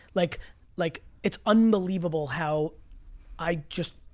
like like it's unbelievable how i just,